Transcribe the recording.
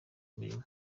imirimo